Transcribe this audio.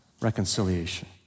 reconciliation